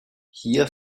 hier